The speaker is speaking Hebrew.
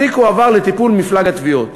התיק הועבר לטיפול מפלג התביעות.